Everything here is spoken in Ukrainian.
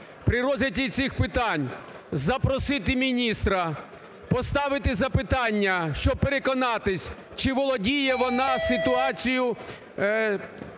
При розгляді цих питань запросити міністра, поставити запитання, щоб переконатися, чи володіє вона ситуацією